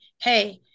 hey